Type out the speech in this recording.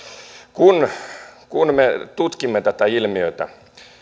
kun kun me tutkimme tätä ilmiötä